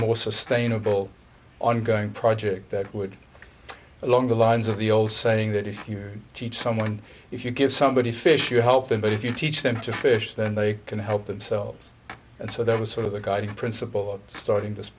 more sustainable ongoing project that would along the lines of the old saying that if you teach someone if you give somebody a fish you help them but if you teach them to fish then they can help themselves and so that was sort of the guiding principle of starting this